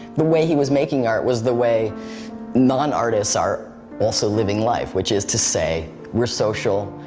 the way he was making art was the way non-artist are also living life which is to say, we're social,